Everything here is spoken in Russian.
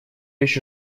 еще